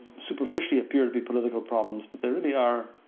superficially appear to be political problems, but they really are,